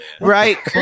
Right